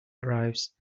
arrives